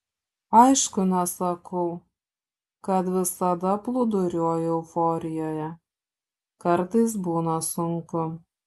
aišku nesakau kad visada plūduriuoju euforijoje kartais būna sunku